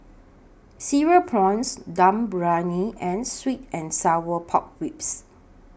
Cereal Prawns Dum Briyani and Sweet and Sour Pork Ribs